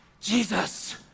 Jesus